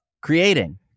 creating